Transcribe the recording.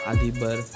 Adibar